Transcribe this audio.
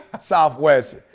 Southwest